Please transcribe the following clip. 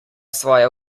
svoje